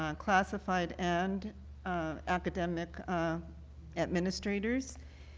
um classified and academic administrators.